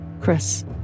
Chris